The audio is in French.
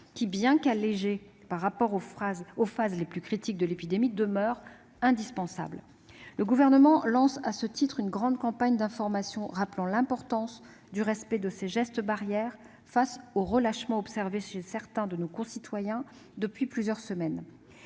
qui, bien qu'allégées par rapport aux phases les plus critiques de l'épidémie, demeurent indispensables. À cet égard, le Gouvernement lance une grande campagne d'information rappelant l'importance du respect des gestes barrières face au relâchement observé chez certains de nos concitoyens depuis plusieurs semaines.